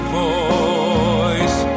voice